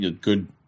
good